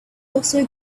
also